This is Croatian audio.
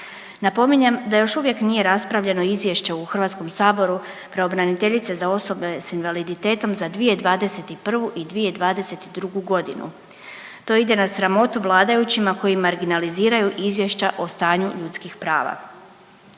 Napominjem da još uvijek nije raspravljeno izvješće u Hrvatskom saboru pravobraniteljice za osobe s invaliditetom za 2021. i 2022. godinu. To ide na sramotu vladajućima koji marginaliziraju izvješća o stanju ljudskih prava.